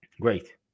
great